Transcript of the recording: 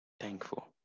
thankful